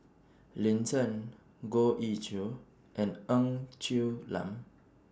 Lin Chen Goh Ee Choo and Ng Quee Lam